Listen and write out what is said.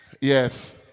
Yes